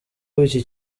iki